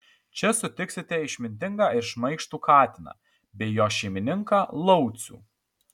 čia sutiksite išmintingą ir šmaikštų katiną bei jo šeimininką laucių